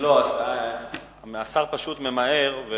לא, השר פשוט ממהר.